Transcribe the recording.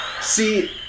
See